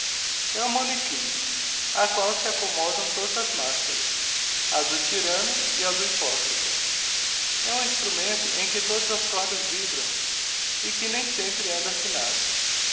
um manequim a que se accommodam todas as mascaras a do tyranno e a do hypocrita e um instrumento em que todas as cordas vibram e que nem sempre anda afinado